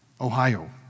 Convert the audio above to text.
Ohio